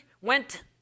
went